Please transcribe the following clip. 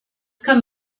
kann